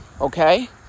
Okay